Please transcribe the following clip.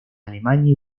alemania